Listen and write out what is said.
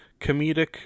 comedic